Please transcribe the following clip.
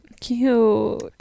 Cute